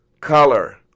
color